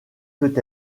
peut